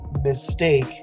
mistake